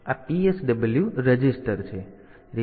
તેથી આ PSW register છે